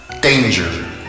Danger